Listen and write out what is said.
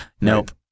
Nope